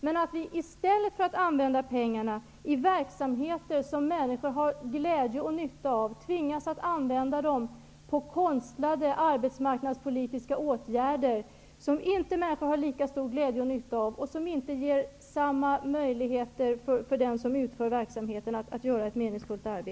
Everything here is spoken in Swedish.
Man kan i stället för att använda pengarna i verksamheter som människor har glädje och nytta av tvingas att använda dem till konstlade arbetsmarknadspolitiska åtgärder som människor inte har lika stor glädje och nytta av och som inte ger samma möjligheter för dem som utför verksamheten att göra ett meningsfullt jobb.